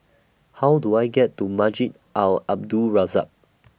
How Do I get to Masjid Al Abdul Razak